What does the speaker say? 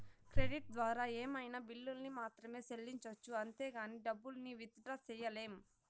credit ద్వారా ఏమైనా బిల్లుల్ని మాత్రమే సెల్లించొచ్చు అంతేగానీ డబ్బుల్ని విత్ డ్రా సెయ్యలేం